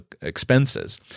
expenses